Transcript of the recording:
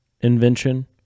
invention